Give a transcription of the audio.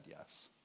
yes